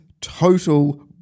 total